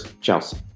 Chelsea